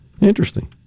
Interesting